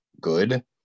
good